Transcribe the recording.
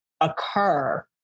occur